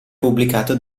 pubblicato